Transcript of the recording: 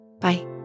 Bye